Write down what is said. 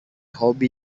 hobi